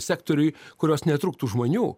sektoriuj kurios netrūktų žmonių